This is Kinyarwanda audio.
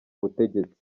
butegetsi